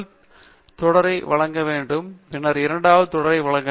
நான் முதல் தொடரை வழங்க வேண்டும் பின்னர் இரண்டாவது தொடரை வழங்க வேண்டும்